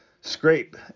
scrape